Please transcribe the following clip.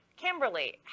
Kimberly